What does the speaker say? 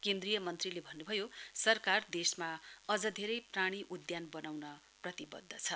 केन्द्रीय मन्त्रीले भन्नु भयो सरकार देशमा अज धेरै प्राणी उद्यान बनाउन प्रतिबद्ध छ